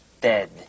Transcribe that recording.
dead